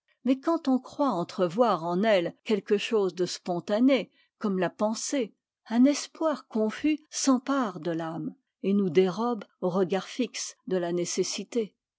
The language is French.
mais quand on croit entrevoir en elle quelque chose de spontané comme la pensée un espoir confus s'empare de l'âme et nous dérobe au regard fixe de la nécessité